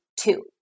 two